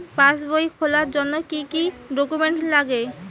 পাসবই খোলার জন্য কি কি ডকুমেন্টস লাগে?